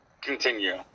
continue